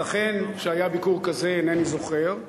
ייתכן שהיה ביקור כזה, אינני זוכר.